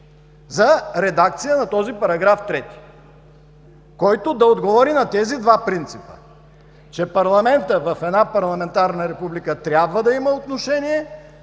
за редакция на този § 3, който да отговори на тези два принципа, че парламента в една парламентарна република трябва да има отношение